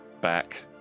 back